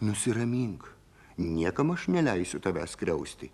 nusiramink niekam aš neleisiu tavęs skriausti